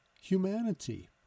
humanity